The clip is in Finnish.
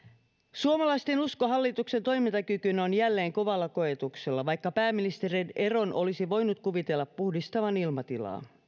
suomalaisten usko hallituksen toimintakykyyn on jälleen kovalla koetuksella vaikka pääministerin eron olisi voinut kuvitella puhdistavan ilmatilaa